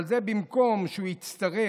אבל זה במקום שהוא יצטרך,